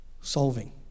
solving